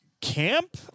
camp